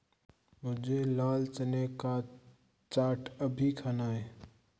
मुझे लाल चने का चाट अभी खाना है